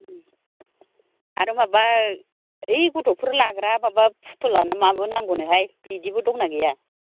होम आरो माबा यै गथ'फोर लाग्रा माबा फुथुला ना माबो नांगौनो हाय बिदिबो दंना गैया